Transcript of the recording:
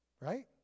right